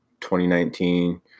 2019